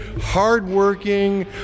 hardworking